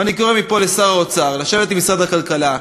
אני קורא מפה לשר האוצר לשבת עם משרד הכלכלה,